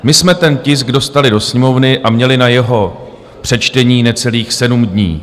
My jsme ten tisk dostali do Sněmovny a měli na jeho přečtení necelých sedm dní.